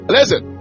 Listen